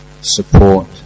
support